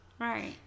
Right